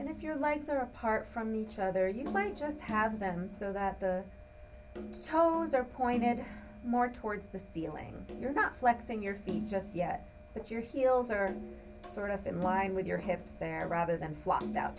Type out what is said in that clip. and if your legs are apart from each other you might just have them so that the toes are pointed more towards the ceiling you're not flexing your feet just yet but your heels are sort of in line with your hips they're rather than fl